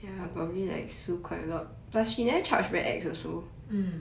mm